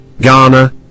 Ghana